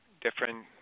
different